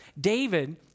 David